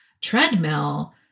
treadmill